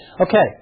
Okay